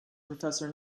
professor